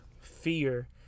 fear